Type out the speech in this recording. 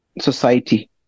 society